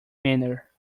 manner